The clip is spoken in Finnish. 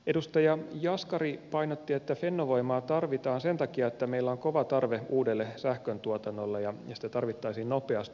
edustaja jaskari painotti että fennovoimaa tarvitaan sen takia että meillä on kova tarve uudelle sähköntuotannolle ja sitä tarvittaisiin nopeasti